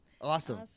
Awesome